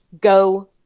go